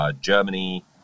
Germany